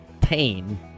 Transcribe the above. pain